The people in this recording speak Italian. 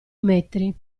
metri